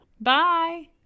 Bye